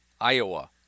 Iowa